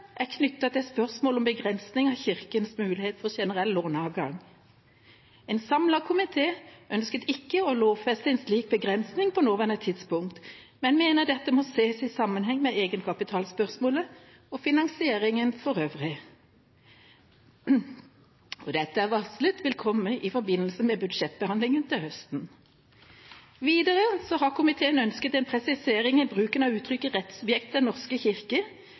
er knyttet til spørsmålet om begrensning av Kirkens mulighet for generell låneadgang. En samlet komité ønsker ikke å lovfeste en slik begrensning på nåværende tidspunkt, men mener dette må ses i sammenheng med egenkapitalspørsmålet og finansieringen for øvrig. Dette er varslet å komme i forbindelse med budsjettbehandlingen til høsten. Videre har komiteen ønsket en presisering i bruken av uttrykket «rettssubjektet Den norske kirke»